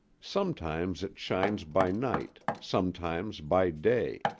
sometimes it shines by night, sometimes by day,